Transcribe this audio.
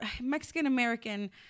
Mexican-American